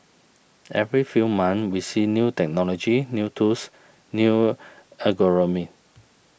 every few months we see new technology new tools new algorithms